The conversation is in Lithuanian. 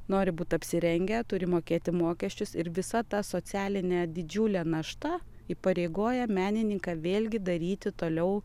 nori būt apsirengę turi mokėti mokesčius ir visa ta socialinė didžiulė našta įpareigoja menininką vėlgi daryti toliau